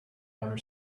outer